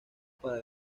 para